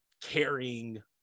caring